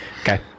okay